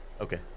Okay